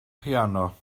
piano